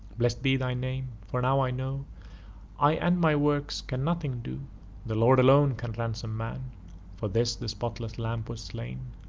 bless'd be thy name, for now i know i and my works can nothing do the lord alone can ransom man for this the spotless lamb was slain!